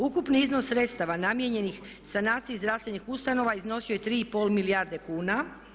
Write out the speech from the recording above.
Ukupni iznos sredstava namijenjenih sanaciji zdravstvenih ustanova iznosio je 3,5 milijarde kuna.